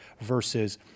versus